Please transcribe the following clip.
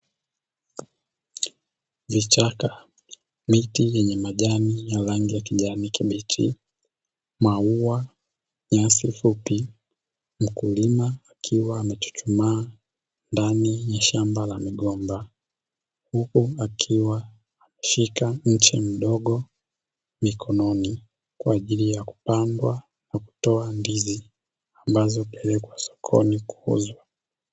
Vichaka, miti yenye majani na rangi ya kijani kibichi, maua, nyasi fupi. Mkulima akiwa amechuchumaa ndani ya shamba la migomba huku akiwa ameshika mche mdogo mikononi, kwa ajili ya kupandwa na kutoa ndizi ambazo hupelekwa sokoni kuuzwa.